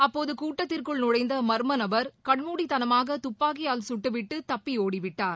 அப்போது கூட்டத்திற்குள் நுழைந்த மர்ம நபர் கண்மூடித்தனமாக துப்பாக்கியால் கட்டு விட்டு தப்பி ஒடிவிட்டார்